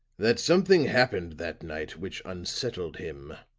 that something happened that night which unsettled him.